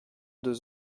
deux